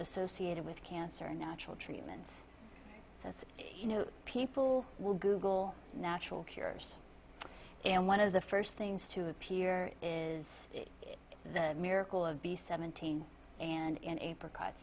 associated with cancer and natural treatments that's you know people will google natural cures and one of the first things to appear is the miracle of b seventeen and apricot